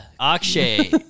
Akshay